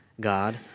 God